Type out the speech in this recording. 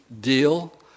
deal